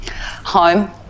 Home